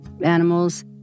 animals